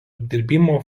apdirbimo